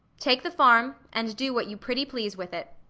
take the farm, and do what you pretty please with it.